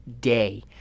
day